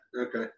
Okay